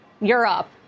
Europe